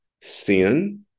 sin